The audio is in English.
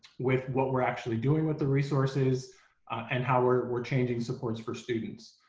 with what we're actually doing with the resources and how we're we're changing supports for students.